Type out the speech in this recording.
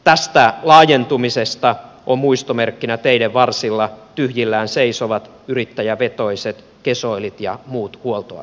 tästä laajentumisesta on muistomerkkinä teiden varsilla tyhjillään seisovat yrittäjävetoiset kesoilit ja muut huoltoasemat